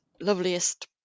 loveliest